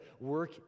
work